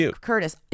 Curtis